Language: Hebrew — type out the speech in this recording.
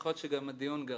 יכול להיות שגם הדיון גרם.